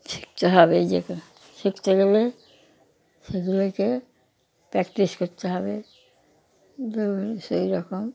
শিখতে হবে যে কোনো শিখতে গেলে সেগুলোকে প্র্যাকটিস করতে হবে সেই রকম